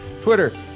Twitter